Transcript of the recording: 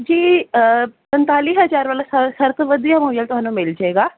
ਜੀ ਪੰਤਾਲੀ ਹਜਾਰ ਵਾਲਾ ਸਾਰਾ ਸਾਰਿਆਂ ਤੋਂ ਵਧੀਆ ਤੁਹਾਨੂੰ ਮਿਲ ਜਾਵੇਗਾ